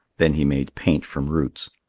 then he made paint from roots.